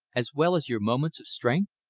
as well as your moments of strength?